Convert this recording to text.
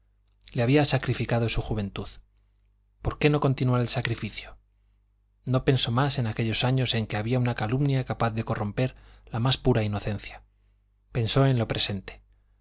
le había sacrificado su juventud por qué no continuar el sacrificio no pensó más en aquellos años en que había una calumnia capaz de corromper la más pura inocencia pensó en lo presente